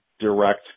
direct